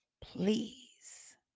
please